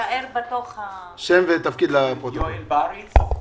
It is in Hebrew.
יואל בריס,